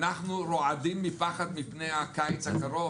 אנחנו רועדים מפחד מפני הקיץ הקרוב,